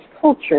culture